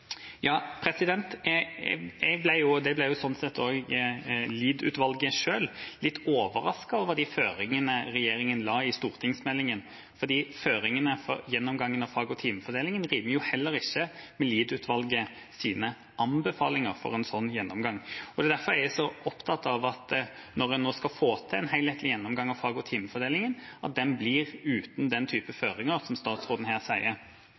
fordi føringene for gjennomgangen av fag- og timefordelingen heller ikke rimer med Lied-utvalgets anbefalinger for en slik gjennomgang. Det er derfor jeg er så opptatt av, når en nå skal få til en helhetlig gjennomgang av fag- og timefordelingen, at den blir uten den typen føringer som statsråden her